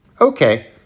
Okay